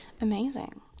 amazing